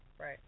Right